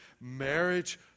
marriage